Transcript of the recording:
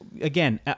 again